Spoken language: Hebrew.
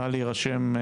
נא להירשם.